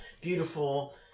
beautiful